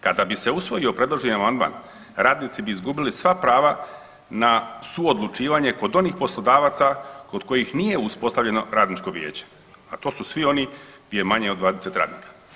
Kada bi se usvojio predloženi amandman radnici bi izgubili sva prava na suodlučivanje kod onih poslodavaca kod kojih nije uspostavljeno radničko vijeće, a to su svi oni gdje je manje od 20 radnika.